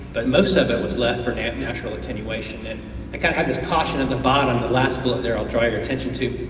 but most of it was left for natural attenuation, and i kinda had this caution at the bottom, the last bullet there i'll draw your attention to.